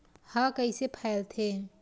ह कइसे फैलथे?